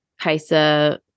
Kaisa